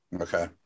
Okay